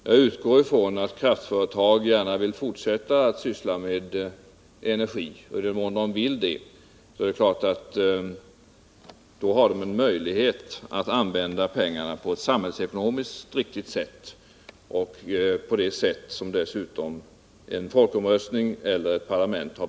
Jag utgår från att kraftföretag gärna vill fortsätta att syssla med energi, och i den mån de vill det har de naturligtvis en möjlighet att använda pengarna på ett samhällsekonomiskt riktigt sätt, dvs. på det sätt som har beslutats i en folkomröstning eller av riksdagen.